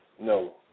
No